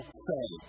say